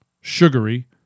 sugary